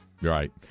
right